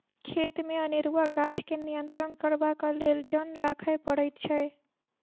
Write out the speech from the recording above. खेतमे अनेरूआ गाछ के नियंत्रण करबाक लेल जन राखय पड़ैत छै